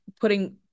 putting